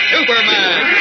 Superman